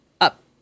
up